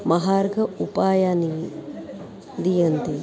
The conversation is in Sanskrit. महार्घम् उपायनानि दीयन्ते